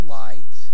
light